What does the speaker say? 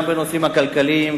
גם בנושאים הכלכליים,